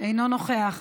אינו נוכח,